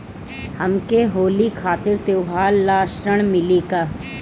हमके होली खातिर त्योहार ला ऋण मिली का?